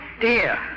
dear